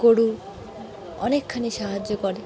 গরু অনেকখানি সাহায্য করে